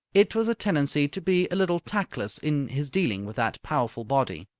it was a tendency to be a little tactless in his dealings with that powerful body.